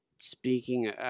Speaking